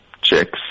chicks